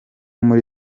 muri